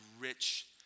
rich